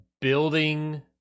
building